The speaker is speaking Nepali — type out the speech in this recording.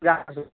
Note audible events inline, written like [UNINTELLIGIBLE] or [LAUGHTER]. [UNINTELLIGIBLE]